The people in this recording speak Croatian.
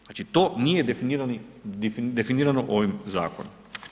Znači to nije definirano ovim zakonom.